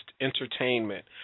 entertainment